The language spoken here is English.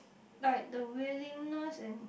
like the willingness and